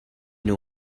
know